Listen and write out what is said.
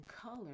color